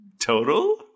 Total